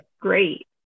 great